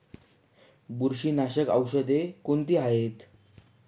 बुरशीनाशक औषधे कोणती आहेत?